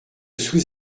sous